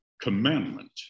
commandment